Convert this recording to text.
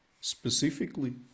specifically